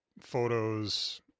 photos